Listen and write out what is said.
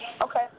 okay